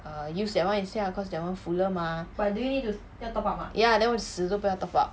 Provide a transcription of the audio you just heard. err use that [one] 一下 cause that [one] fuller mah ya then 我死都不要 top up